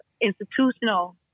institutional